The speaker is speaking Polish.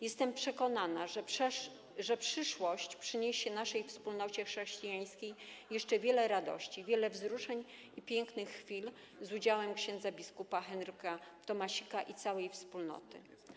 Jestem przekonana, że przyszłość przyniesie naszej wspólnocie chrześcijańskiej jeszcze wiele radości, wiele wzruszeń i pięknych chwil z udziałem ks. bp. Henryka Tomasika i całej wspólnoty.